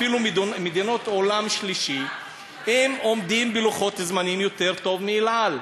אפילו מדינות עולם שלישי עומדות בלוחות זמנים יותר טוב מ"אל על".